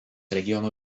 regiono